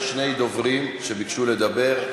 יש שני דוברים שביקשו לדבר.